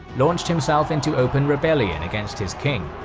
launched himself into open rebellion against his king.